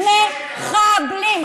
50. מחבלים.